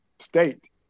state